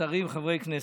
שרים וחברי כנסת,